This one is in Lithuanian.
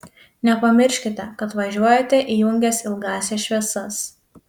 nepamirškite kad važiuojate įjungęs ilgąsias šviesas